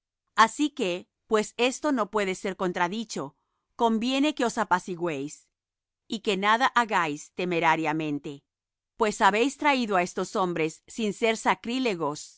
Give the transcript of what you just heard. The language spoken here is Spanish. así que pues esto no puede ser contradicho conviene que os apacigüéis y que nada hagáis temerariamente pues habéis traído á estos hombres sin ser sacrílegos